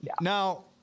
Now